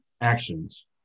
actions